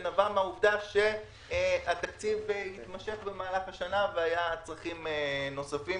שנבע מהעובדה שהתקציב התמשך במהלך השנה והיו צרכים נוספים,